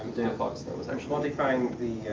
danfox, that was actually. modifying the